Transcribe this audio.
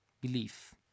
belief